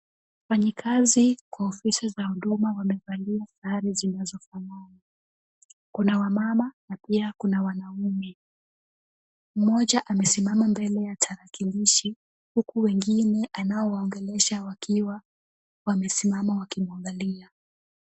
Wafanyikazi kwa ofisi za huduma wamevalia sare zinazofanana. Kuna wamama na pia kuna wanaume. Mmoja amesimama mbele ya tarakilishi Huku wengine anao waongelesha wakiwa wamesimama wakimwangalia.